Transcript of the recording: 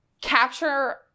capture